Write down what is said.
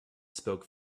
spoke